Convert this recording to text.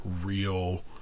real